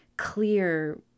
clear